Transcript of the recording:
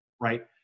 right